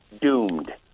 Doomed